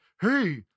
Hey